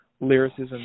lyricism